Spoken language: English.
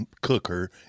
cooker